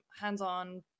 hands-on